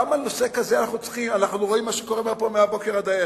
גם בנושא כזה אנחנו רואים מה שקורה פה מהבוקר עד הערב.